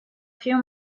few